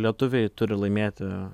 lietuviai turi laimėti